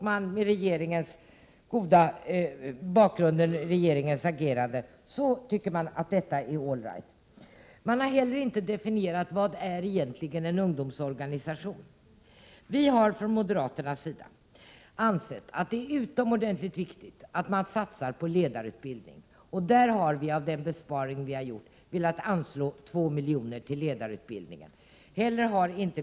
Med regeringens agerande i bakgrunden tycker man att allting är allright. Man har inte heller definierat vad en ungdomsorganisation egentligen är. Vi har från moderaternas sida sagt att det är utomordentligt viktigt att man satsar på ledarutbildning. Därför har vi av den besparing som vi föreslagit velat anslå 2 miljoner till ledarutbildning.